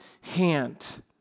hand